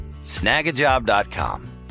snagajob.com